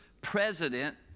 president